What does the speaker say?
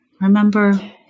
remember